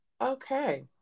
Okay